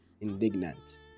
indignant